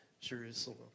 Jerusalem